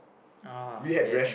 uh yes and